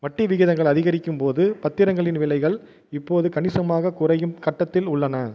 வட்டி விகிதங்கள் அதிகரிக்கும் போது பத்திரங்களின் விலைகள் இப்போது கணிசமாகக் குறையும் கட்டத்தில் உள்ளன